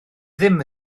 ddim